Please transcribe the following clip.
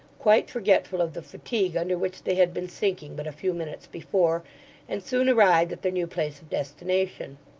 quite forgetful of the fatigue under which they had been sinking but a few minutes before and soon arrived at their new place of destination.